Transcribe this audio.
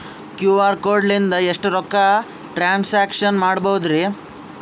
QR code ಲಿಂದ ಎಷ್ಟ ರೊಕ್ಕ ಟ್ರಾನ್ಸ್ಯಾಕ್ಷನ ಮಾಡ್ಬೋದ್ರಿ?